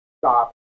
stop